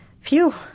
phew